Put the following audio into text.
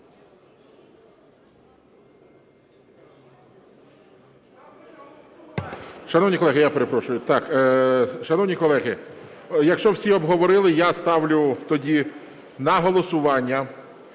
шановні колеги, якщо всі обговорили, я ставлю тоді на голосування